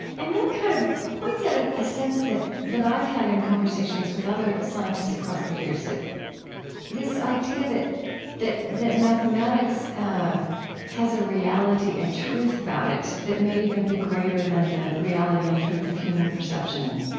and that kind of points at a sense that that i've had in conversations with other scientists across the years that this idea that that that mathematics has a reality and truth about it that may even be greater than the reality and truth of human perception,